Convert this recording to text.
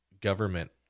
government